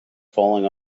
falling